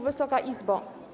Wysoka Izbo!